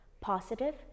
Positive